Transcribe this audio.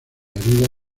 herida